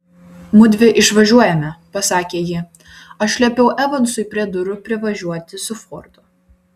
mudvi išvažiuojame pasakė ji aš liepiau evansui prie durų privažiuoti su fordu